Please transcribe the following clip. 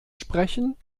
sprechen